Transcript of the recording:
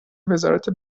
وزارت